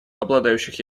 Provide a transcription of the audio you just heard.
обладающих